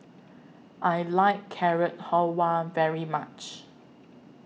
I like Carrot Halwa very much